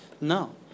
No